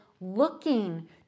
looking